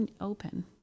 open